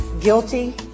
Guilty